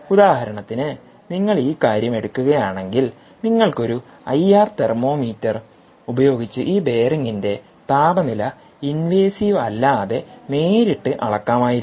ഉദാഹരണത്തിന് നിങ്ങൾ ഈ കാര്യം എടുക്കുകയാണെങ്കിൽ നിങ്ങൾക്ക് ഒരു ഐആർ തെർമോമീറ്റർ ഉപയോഗിച്ച് ഈ ബെയറിംഗിൻറെതാപനില ഇൻവേസീവ് അല്ലാതെ നേരിട്ട് അളക്കാമായിരുന്നു